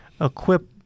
equip